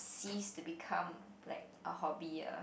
cease to become like a hobby ah